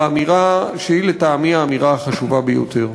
באמירה שהיא לטעמי האמירה החשובה ביותר: